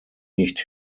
nicht